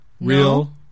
Real